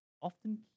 often